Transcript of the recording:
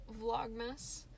vlogmas